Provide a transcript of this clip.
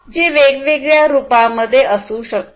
जे वेगवेगळ्या रूपांमध्ये असू शकते